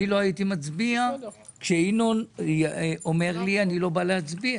אני לא הייתי מצביע כשינון אומר לי אני לא בא להצביע.